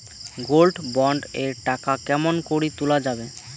Gold bond এর টাকা কেমন করি তুলা যাবে?